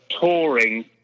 touring